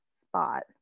spot